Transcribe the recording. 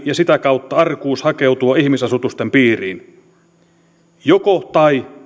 ja sitä kautta arkuus hakeutua ihmisasutusten piiriin leviää äkkiä eläimiin joko tai